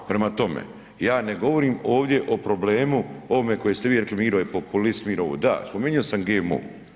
Prema tome, ja ne govorim ovdje o problemu ovome koji ste vi rekli, Miro je populist, Miro ovo, da, spomenio sam GMO.